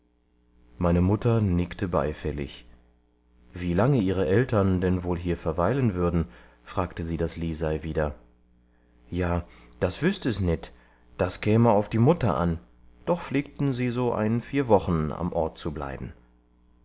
meine mutter nickte beifällig wie lange ihre eltern denn wohl hier verweilen würden fragte sie das lisei wieder ja das wüßt es nit das käme auf die mutter an doch pflegten sie so ein vier wochen am ort zu bleiben